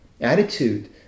attitude